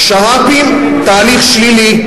שר"פים, תהליך שלילי.